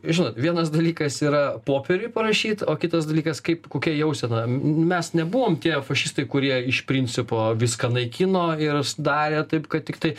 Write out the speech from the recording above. žinot vienas dalykas yra popieriuj parašyta o kitas dalykas kaip kokia jausena mes nebuvom tie fašistai kurie iš principo viską naikino ir darė taip kad tiktai